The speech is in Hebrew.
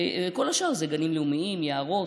וכל השאר זה גנים לאומיים, יערות.